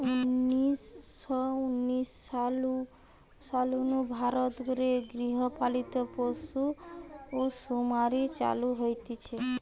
উনিশ শ উনিশ সাল নু ভারত রে গৃহ পালিত পশুসুমারি চালু হইচে